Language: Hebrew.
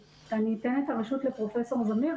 אתן את הרשות לפרופ' זמיר,